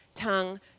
tongue